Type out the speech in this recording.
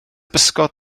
bysgod